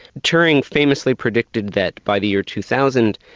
turing famously predicted that by the year two thousand,